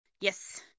Yes